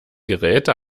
geräte